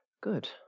Good